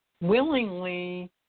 willingly